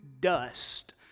dust